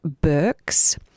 Burks